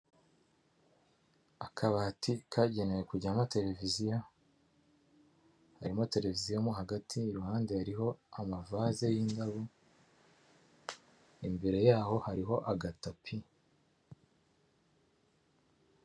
Akabati kagenewe kujyamo televiziyo harimo televiziyo hagati, iruhande hariho amavase y'indabo imbere yaho hariho agatapi.